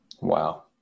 Wow